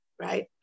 right